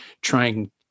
trying